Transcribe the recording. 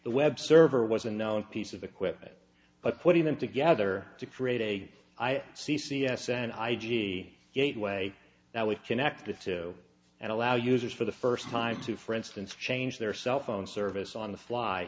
the web server was a known piece of equipment but putting them together to create a i c c s and i g gateway that we connected to and allow users for the first time to for instance change their cellphone service on the fly